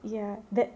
ya that